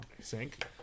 sink